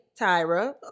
Tyra